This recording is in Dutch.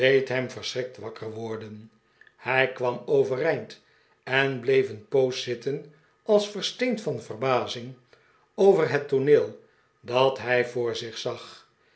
hem versch rikt wakker worden hij kwam overeind en bleef een poos zitten als versteend van verbazing over het tooneel dat hij voor zich zag